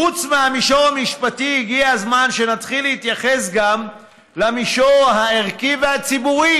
חוץ מהמישור המשפטי הגיע הזמן שנתחיל להתייחס גם למישור הערכי והציבורי,